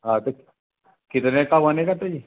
हाँ कितने का बनेगा तो ये